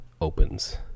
opens